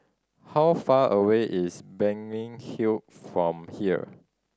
how far away is Balmeg Hill from here